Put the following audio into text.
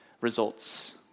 results